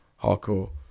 hardcore